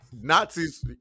Nazis